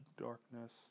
darkness